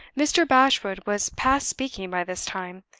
mr. bashwood was past speaking by this time.